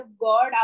God